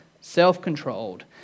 self-controlled